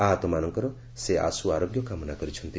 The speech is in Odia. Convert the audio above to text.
ଆହତମାନଙ୍କର ସେ ଆଶୁଆରୋଗ୍ୟ କାମନା କରିଛନ୍ତି